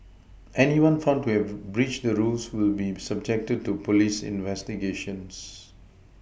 anyone found to have breached the rules will be subjected to police investigations